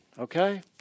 Okay